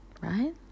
right